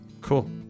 Cool